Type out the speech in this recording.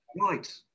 Right